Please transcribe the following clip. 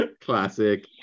Classic